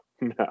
no